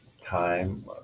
time